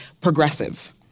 progressive